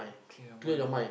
clear your mind ah